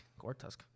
Gortusk